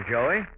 Joey